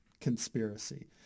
conspiracy